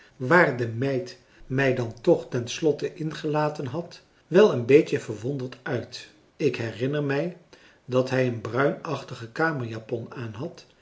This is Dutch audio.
waar de meid mij dan toch ten slotte ingelaten had wel een beetje verwonderd uit ik herinner mij dat hij een bruinachtige kamerjapon aanhad en